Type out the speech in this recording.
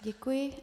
Děkuji.